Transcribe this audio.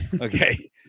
Okay